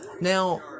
Now